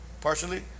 partially